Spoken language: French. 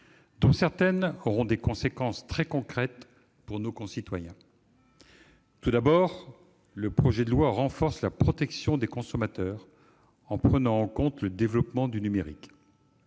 dont certaines auront des conséquences très concrètes pour nos concitoyens. Tout d'abord, le présent texte renforce la protection des consommateurs en prenant en compte le développement du numérique.